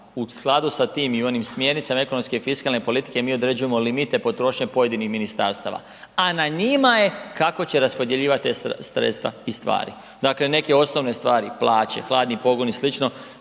U skladu sa tim i onim smjernicama ekonomske i fiskalne politike mi određujemo limite potrošnje pojedinih ministarstva, a na njima je kako će raspodjeljivati ta sredstava i stvari. Dakle, neke osnovne stvari plaće, hladni pogon i sl.